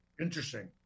interesting